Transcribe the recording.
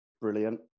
brilliant